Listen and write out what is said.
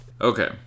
okay